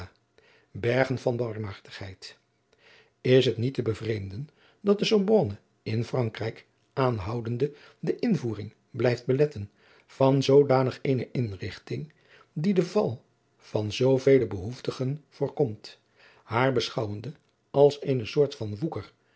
van barmhartigheid is het niet te bevreemden dat de sorbonne in frankrijk aanhoudende de invoering blijft beletten van zoodanig eene inrigting die den val van zoovele behoeftigen voorkomt haar beschouwende als eene soort van woeker